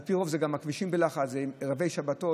ועל פי רוב גם הכבישים בלחץ בערבי שבת,